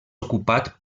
ocupat